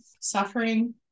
suffering